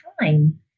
time